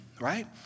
right